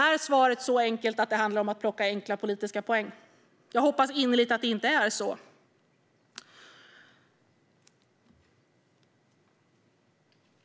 Är svaret så enkelt som att det handlar om att plocka enkla politiska poäng? Jag hoppas innerligt att det inte är så.